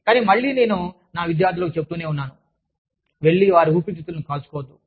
కానీ మళ్ళీ నేను నా విద్యార్థులకు చెబుతూనే ఉన్నాను వెళ్లి వారి ఊపిరితిత్తులను కాల్చుకోవద్దు